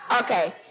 okay